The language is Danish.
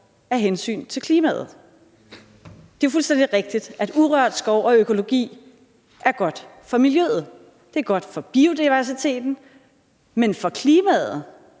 af hensyn til klimaet. Det er jo fuldstændig rigtigt, at urørt skov og økologi er godt for miljøet, at det er godt for biodiversiteten, men i forhold